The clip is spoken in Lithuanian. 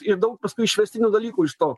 ir daug paskui išvestinių dalykų iš to